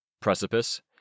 Precipice